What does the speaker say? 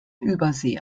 übersee